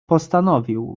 postanowił